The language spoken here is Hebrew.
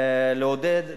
לעודד,